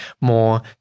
more